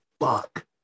fuck